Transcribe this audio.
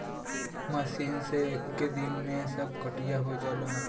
machine से एक्के दिन में सब कटिया हो जाला